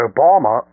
Obama